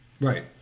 right